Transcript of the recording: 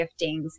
giftings